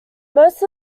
most